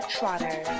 Trotter